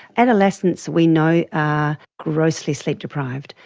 adolescents we know are grossly sleep deprived.